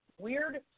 Weird